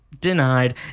denied